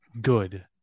Good